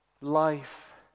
life